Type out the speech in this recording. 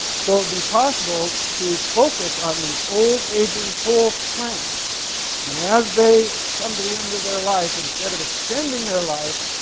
so it would be possible to focus on these old aging coal plants and as they come to the end of their life, instead of extending their life,